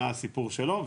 מה הסיפור שלו,